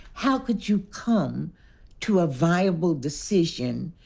how could you come to a viable decision,